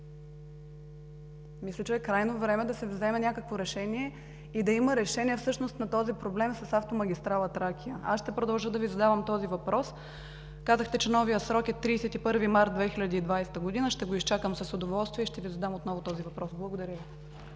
Мисля, че е крайно време да се вземе някакво решение, да има решение на този проблем с автомагистрала „Тракия“. Аз ще продължа да Ви задавам този въпрос. Казахте, че новият срок е 31 март 2020 г., ще го изчакам с удоволствие и ще Ви задам отново този въпрос. Благодаря Ви.